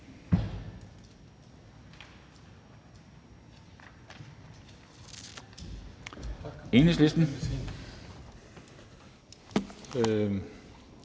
Enhedslisten.